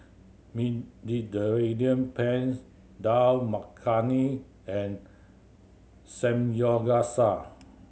Mediterranean Penne Dal Makhani and Samyogasa